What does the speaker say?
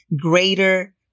greater